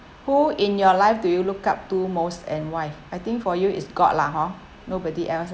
who in your life do you look up to most and why I think for you it's god lah hor nobody else uh